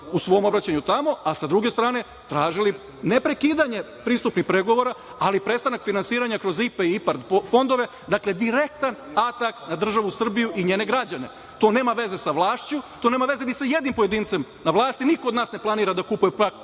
u svom obraćanju tamo, a sa druge strane tražili ne prekidanje pristupnih pregovora, ali prestanak finansiranja kroz IPA i IPARD fondove. Dakle, direktan atak na državu Srbiju i njene građane. To nema veze sa vlašću. To nema veze ni sa jednim pojedincem na vlasti. Niko od nas ne planira da kupuje traktora